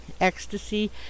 ecstasy